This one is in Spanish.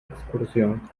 excursión